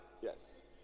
Yes